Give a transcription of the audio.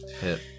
hit